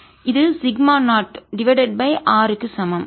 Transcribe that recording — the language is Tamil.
இது சிக்மா 0 டிவைடட் பை r க்கு சமம்